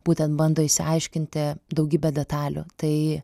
būtent bando išsiaiškinti daugybę detalių tai